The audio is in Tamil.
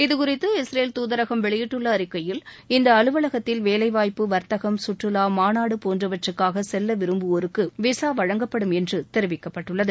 இதுகுறித்து இஸ்ரேல் துதரகம் வெளியிட்டுள்ள அறிக்கையில் இந்த அலுவலகத்தில் வேலைவாய்ப்பு வர்த்தகம் சுற்றுவா மாநாடு போன்றவற்றுக்காக செல்ல விரும்புகிறவர்களுக்கு விசா வழங்கப்படும் என்று தெரிவிக்கப்பட்டுள்ளது